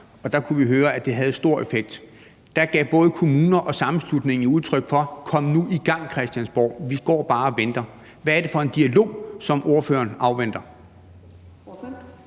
og der kunne vi høre, at det havde stor effekt. Der gav både kommuner og sammenslutningen udtryk for: Kom nu i gang, Christiansborg, vi går bare og venter. Hvad er det for en dialog, som ordføreren afventer?